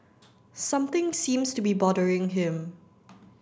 something seems to be bothering him